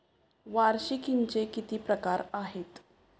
वार्षिकींचे किती प्रकार आहेत?